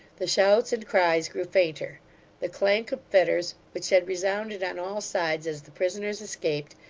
the shouts and cries grew fainter the clank of fetters, which had resounded on all sides as the prisoners escaped,